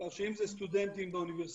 כך שאם זה סטודנטים באוניברסיטאות,